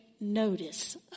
notice